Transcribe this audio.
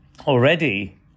already